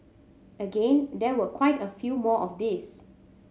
again there were quite a few more of these